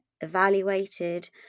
evaluated